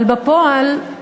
אבל בפועל,